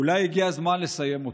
אולי הגיע הזמן לסיים אותו.